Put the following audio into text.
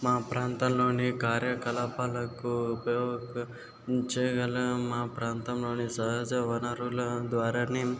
మా ప్రాంతంలోని కార్యకలాపాలకు ఉపయో ఉపయోగించగల మా ప్రాంతంలో సహజ వనరులు ద్వారా